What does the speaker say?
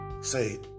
say